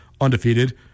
undefeated